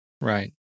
right